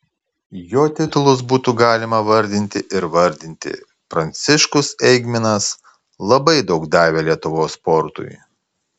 jo titulus būtų galima vardinti ir vardinti pranciškus eigminas labai daug davė lietuvos sportui